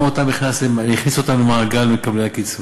גם אותם, הכניס אותם למעגל מקבלי הקצבה.